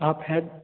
आप हैं